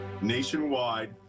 Nationwide